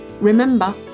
Remember